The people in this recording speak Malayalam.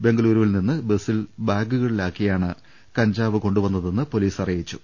ബെങ്കളുരുവിൽ നിന്ന് ബസ്സിൽ ബാഗുകളിലാക്കിയാണ് കഞ്ചാവ് കൊണ്ടുവന്നതെന്ന് പൊലീസ് അറിയിച്ചു